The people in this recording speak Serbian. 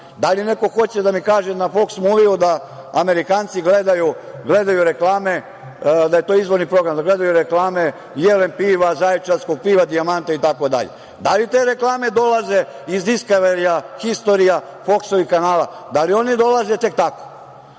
da li neko hoće da mi kaže na „Fox Movie“ da Amerikanci gledaju reklame, da je to izvorni program, da gledaju reklame „Jelen“ piva, „Zaječarskog“ piva, „Dijamnta“?Da li te reklame dolaze iz „Discovery“, „History“, „Fox“ kanala, da li one dolaze tek tako?